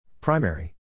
Primary